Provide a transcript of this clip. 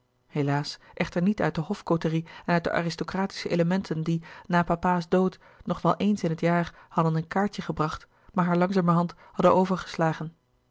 echter niet uit de hof côterie en uit de aristocratische elementen die na papa's dood nog wel éens in het jaar hadden een kaartje gebracht maar haar langzamerhand hadden overgeslagen